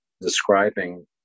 describing